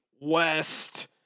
West